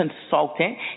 consultant